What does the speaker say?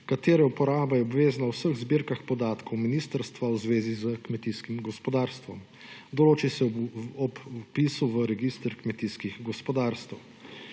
katere uporaba je obvezna v vseh zbirkah podatkov ministrstva v zvezi s kmetijskim gospodarstvom. Določi se ob vpisu v register kmetijskih gospodarstev.